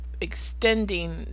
extending